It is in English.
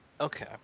Okay